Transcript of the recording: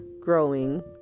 growing